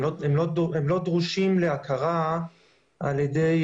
הם לא דרושים להכרה על ידי